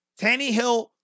Tannehill